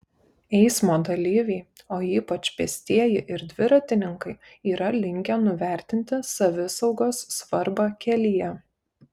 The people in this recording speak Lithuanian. eismo dalyviai o ypač pėstieji ir dviratininkai yra linkę nuvertinti savisaugos svarbą kelyje